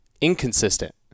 inconsistent